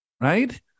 right